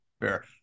fair